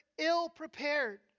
ill-prepared